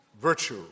virtue